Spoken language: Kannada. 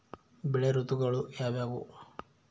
ಬೆಳೆ ಋತುಗಳು ಯಾವ್ಯಾವು?